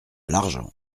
l’argent